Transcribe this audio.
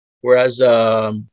whereas